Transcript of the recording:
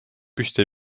püsti